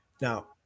now